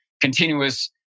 continuous